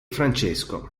francesco